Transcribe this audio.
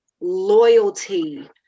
loyalty